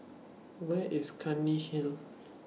Where IS Clunny Hill